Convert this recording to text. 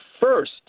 first